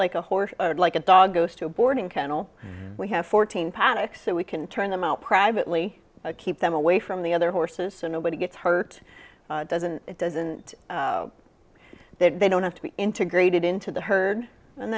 like a horse like a dog goes to a boarding kennel we have fourteen panics so we can turn them out privately to keep them away from the other horses and nobody gets hurt doesn't it doesn't that they don't have to be integrated into the herd and